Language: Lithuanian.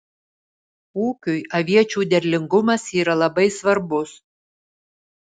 ūkiui aviečių derlingumas yra labai svarbus